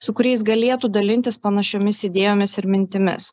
su kuriais galėtų dalintis panašiomis idėjomis ir mintimis